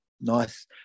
nice